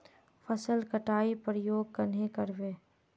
फसल कटाई प्रयोग कन्हे कर बो?